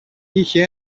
είχε